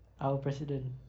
our president